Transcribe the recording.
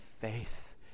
faith